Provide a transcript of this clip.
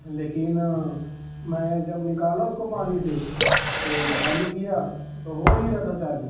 لیکن میں جب نے نکالا اس کو پانی سے تو چالو کیا تو ہو نہیں رہا تھا چالو